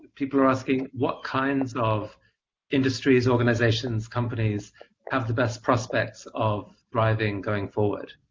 people are asking, what kinds of industries, organizations, companies have the best prospects of thriving, going forward?